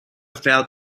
felt